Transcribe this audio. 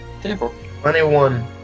Twenty-one